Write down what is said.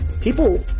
People